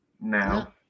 Now